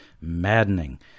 maddening